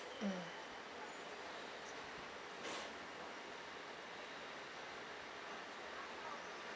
mm